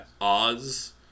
Oz